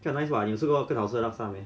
这样 nice what 你吃过这样好吃的 laksa meh